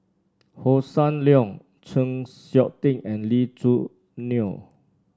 Hossan Leong Chng Seok Tin and Lee Choo Neo